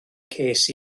ces